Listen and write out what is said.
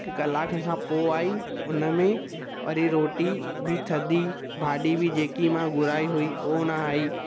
हिक कलाक खां पोइ आई उनमें वरी रोटी बि थदी भाॼी बि जेकी मां घुराई हुई उहो न आई